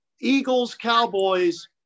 Eagles-Cowboys –